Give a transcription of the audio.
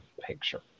picture